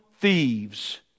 thieves